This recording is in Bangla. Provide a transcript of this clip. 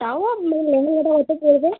তাও আপনার লেহেঙ্গাটা কতো পড়বে